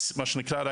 מה שנקרא,